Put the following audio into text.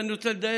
אני רוצה לדייק,